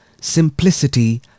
simplicity